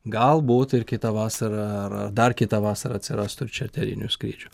galbūt ir kitą vasarą ar ar dar kitą vasarą atsirastų ir čarterinių skrydžių